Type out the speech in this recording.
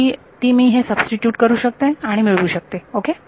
तरी ती मी हे फक्त सबस्टिट्यूट करू शकते आणि मिळवू शकते ओके